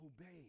obey